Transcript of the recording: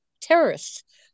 terrorists